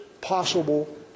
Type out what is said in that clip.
possible